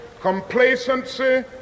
complacency